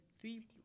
three